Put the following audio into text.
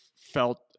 felt